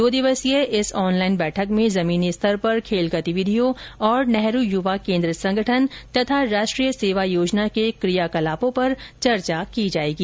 दो दिवसीय इस ऑनलाइन बैठक में जमीनी स्तर पर खेल गतिविधियों और नेहरू युवा केन्द्र संगठन तथा राष्ट्रीय सेवा योजना के कियाकलापों पर चर्चा की जाएगी